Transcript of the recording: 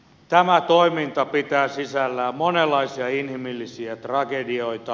tämä toiminta pitää sisällään monenlaisia inhimillisiä tragedioita